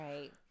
right